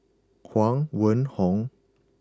Huang Wenhong